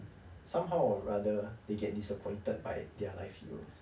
somehow or rather they get disappointed by their life heroes